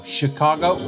Chicago